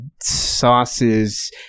sauces